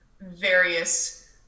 various